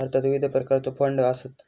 भारतात विविध प्रकारचो फंड आसत